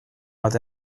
bat